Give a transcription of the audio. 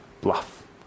bluff